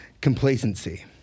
complacency